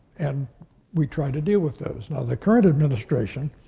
and we try to deal with those. now, the current administration,